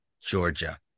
Georgia